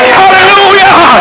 Hallelujah